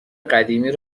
قدیمی